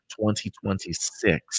2026